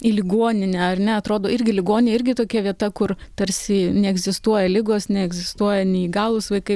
į ligoninę ar ne atrodo irgi ligoninė irgi tokia vieta kur tarsi neegzistuoja ligos neegzistuoja neįgalūs vaikai